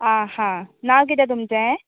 आं हां नांव कितें तुमचें